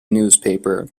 newspaper